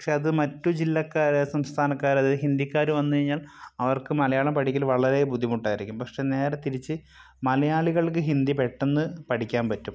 പക്ഷെ അത് മറ്റു ജില്ലക്കാർ സംസ്ഥാനക്കാരത് ഹിന്ദിക്കാർ വന്നു കഴിഞ്ഞാൽ അവർക്ക് മലയാളം പഠിക്കൽ വളരെ ബുദ്ധിമുട്ടായിരിക്കും പക്ഷെ നേരെ തിരിച്ച് മലയാളികൾക്ക് ഹിന്ദി പെട്ടെന്നു പഠിക്കാൻ പറ്റും